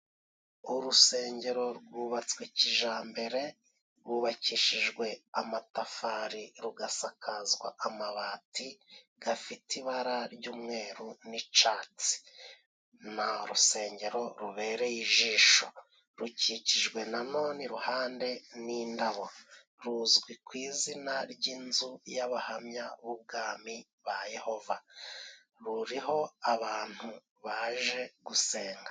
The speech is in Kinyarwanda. Urusengero rwubatswe kijambere, rwubakishijwe amatafari, rugasakazwa amabati gafite ibara ry'umweru n'icatsi. Ni urusengero rubereye ijisho. Rukikijwe nanone iruhande n'indabo, ruzwi ku izina ry'inzu y'Abahamya b'Ubwami ba Yehova, ruriho abantu baje gusenga.